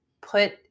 put